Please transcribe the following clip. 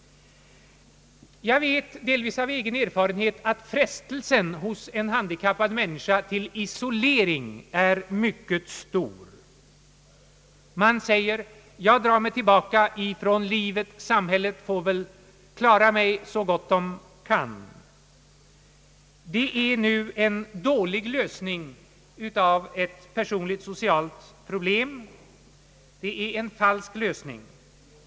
Jag vet, delvis av egen erfarenhet, att frestelsen hos en handikappad människa till isolering är mycket stor. Man säger: Jag drar mig tillbaka från livet. Samhället får väl klara mig så gott det kan. Det är nu en dålig lösning av ett personligt och socialt problem. Det är en falsk lösning.